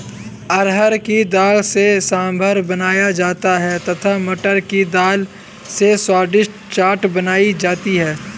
अरहर की दाल से सांभर बनाया जाता है तथा मटर की दाल से स्वादिष्ट चाट बनाई जाती है